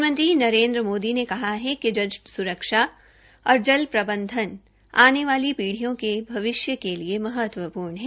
प्रधानमंत्री नरेन्द्र मोदी ने कहा है कि जल सुरक्षा और जल प्रबंधन आने वाली पीढियों के भविष्य के लिए महत्वपूर्ण है